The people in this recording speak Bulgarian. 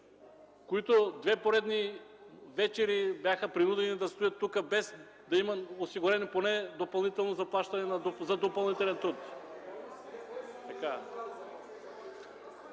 които две поредни вечери бяха принудени да стоят тук, без да има осигурено поне допълнително заплащане за допълнителен труд.